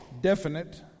definite